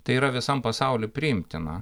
tai yra visam pasauly priimtina